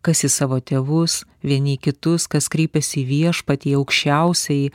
kas į savo tėvus vieni į kitus kas kreipiasi į viešpatį į aukščiausiąjį